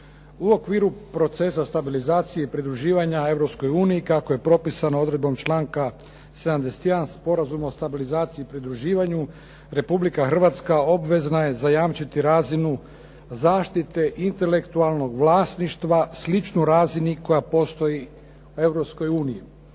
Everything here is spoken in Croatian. U okviru procesa stabilizacije i pridruživanja Europskoj uniji kako je propisano odredbom članka 71. Sporazuma o stabilizaciji i pridruživanju, Republika Hrvatske obvezna je zajamčiti razinu zaštite intelektualnog vlasništva sličnu razinu koja postoji u